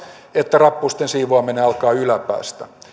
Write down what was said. että rappusten siivoaminen alkaa yläpäästä